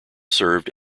served